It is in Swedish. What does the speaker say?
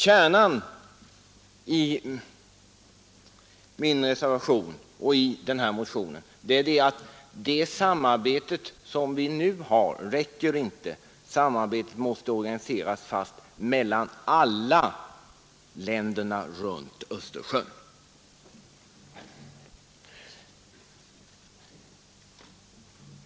Kärnan i min reservation och i denna motion är att det samarbete vi nu har inte räcker. Samarbetet måste organiseras fast mellan alla länder runt Östersjön.